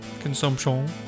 Consumption